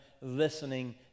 listening